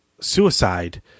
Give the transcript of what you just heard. suicide